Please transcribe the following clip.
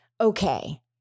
okay